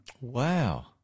Wow